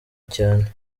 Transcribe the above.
cyane